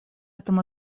этом